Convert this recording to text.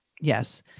Yes